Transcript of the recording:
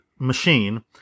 machine